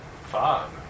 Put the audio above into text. five